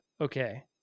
okay